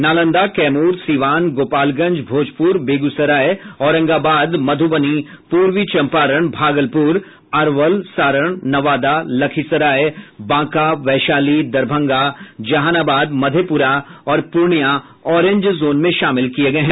नालंदा कैम्र सिवान गोपालगंज भोजपुर बेगूसराय औरंगाबाद मधूबनी पूर्वी चंपारण भागलपुर अरवल सारण नवादा लखीसराय बांका वैशाली दरभंगा जहानाबाद मधेपुरा और Purnia orange zone में शामिल किये गये हैं